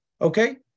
Okay